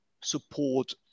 support